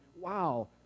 wow